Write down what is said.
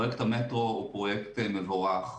פרויקט המטרו הוא פרויקט מבורך,